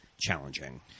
Challenging